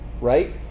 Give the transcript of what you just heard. right